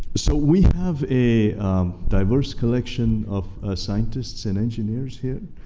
so we have a diverse collection of scientists and engineers here